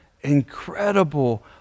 incredible